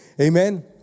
amen